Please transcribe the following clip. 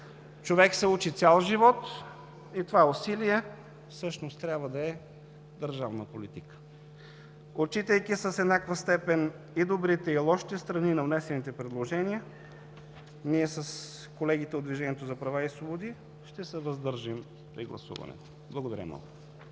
Човек се учи цял живот, и това усилие всъщност трябва да е държавна политика. Отчитайки с еднаква степен и добрите, и лошите страни на внесените предложения, ние с колегите от “Движението за права и свободи“ ще се въздържим при гласуването. Благодаря много.